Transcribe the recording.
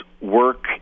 work